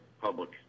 public